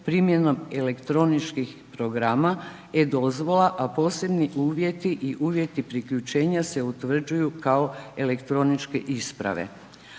primjenom elektroničkih programa e-dozvola, a posebni uvjeti i uvjeti priključenja se utvrđuju kao elektroničke isprave.